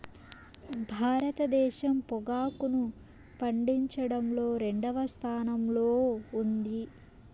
భారతదేశం పొగాకును పండించడంలో రెండవ స్థానంలో ఉంది